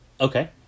Okay